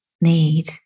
need